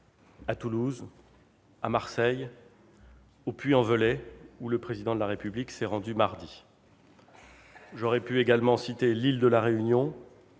à Toulouse, à Marseille, au Puy-en-Velay, où le Président de la République s'est rendu mardi. J'aurais pu également citer l'île de la Réunion,